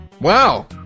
Wow